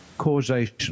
causation